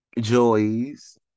joys